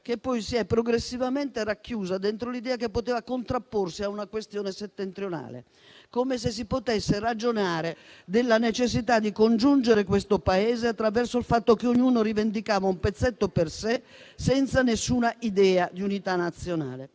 ma poi si è progressivamente racchiusa dentro l'idea che poteva contrapporsi a una questione settentrionale, come se si potesse ragionare della necessità di congiungere questo Paese attraverso il fatto che ognuno rivendicava un pezzetto per sé, senza alcuna idea di unità nazionale.